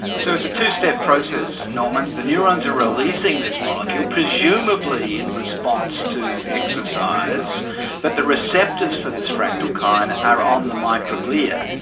so it's a two-step process norman, the neurons are releasing this molecule presumably in response to exercise but the receptors for this fractalkine are on the microglia,